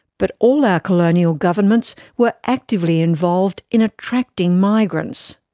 but all our colonial governments were actively involved in attracting migrants.